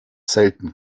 selten